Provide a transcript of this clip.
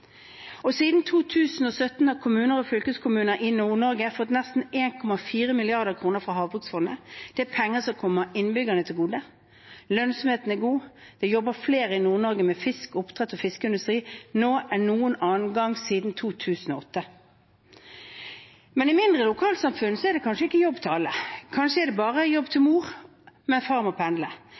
oppdrettsnæringen. Siden 2017 har kommuner og fylkeskommuner i Nord-Norge fått nesten 1,4 mrd. kr fra Havbruksfondet. Det er penger som kommer innbyggerne til gode. Lønnsomheten er god. Det jobber flere i Nord-Norge med fisk, oppdrett og fiskeindustri nå enn noen gang siden 2008. Men i mindre lokalsamfunn er det kanskje ikke jobb til alle. Kanskje er det bare jobb til mor,